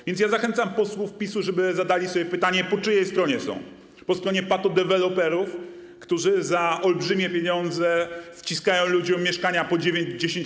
A więc zachęcam posłów PiS-u, żeby zadali sobie pytanie, po czyjej stronie są: po stronie patodeweloperów, którzy za olbrzymie pieniądze wciskają ludziom mieszkania po 9-10